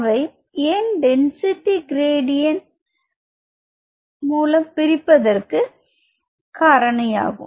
அவை ஏன் density gradient மூலம் பிரிப்பதற்கு காரணியாகும்